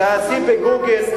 ל"גוגל",